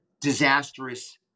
disastrous